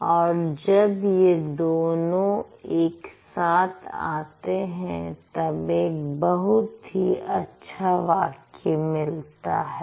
और जब यह दोनों एक साथ आते हैं तब एक बहुत ही अच्छा वाक्य मिलता है